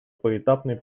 поэтапный